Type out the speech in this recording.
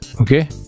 Okay